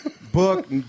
book